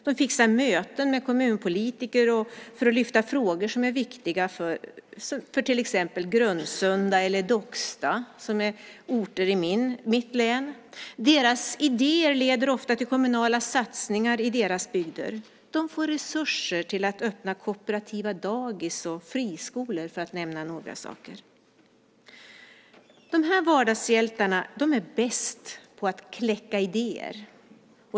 De fixar möten med kommunpolitiker för att lyfta fram frågor som är viktiga för till exempel Grundsunda eller Docksta som är orter i mitt län. Deras idéer leder ofta till kommunala satsningar i deras bygder. De får resurser till att öppna kooperativa dagis och friskolor, för att nämna några saker. De här vardagshjältarna är bäst på att kläcka idéer.